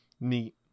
neat